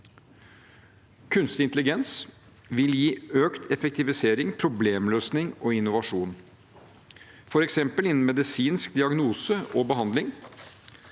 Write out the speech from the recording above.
Kunstig intelligens vil gi økt effektivisering, problemløsing og innovasjon, f.eks. innen medisinsk diagnose og behandling.